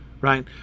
right